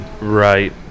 Right